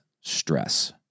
stress